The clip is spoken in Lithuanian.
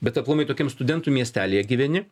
bet aplamai tokiam studentų miestelyje gyveni